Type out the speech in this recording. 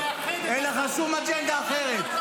--- אין לך שום אג'נדה אחרת.